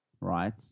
right